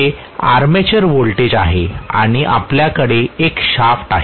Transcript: हे armature voltage आहे आणि आपल्याकडे एक शाफ्ट आहे